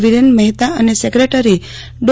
વીરેન મફેતા અને સેક્રેટરી ડો